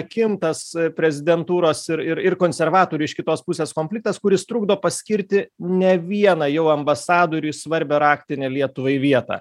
akim tas prezidentūros ir ir ir konservatorių iš kitos pusės konfliktas kuris trukdo paskirti ne vieną jau ambasadoriui svarbią raktinę lietuvai vietą